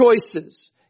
choices